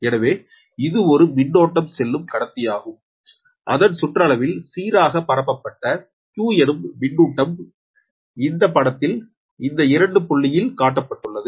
எனவே இது ஒரு மின்னோட்டம் செல்லும் கடத்தியாகும் அதின் சுற்றளவில் சீராக பரப்பப்பட்ட Q எனும் மின்னூட்டம் இந்த படத்தில் இந்த 2 புள்ளியில் கட்டப்பட்டதுள்ளது